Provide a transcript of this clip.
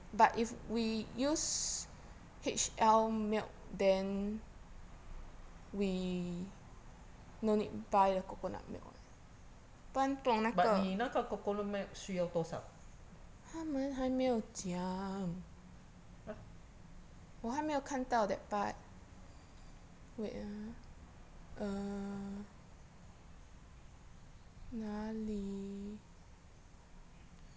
but 你那个 coconut milk 需要多少 !huh!